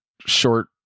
short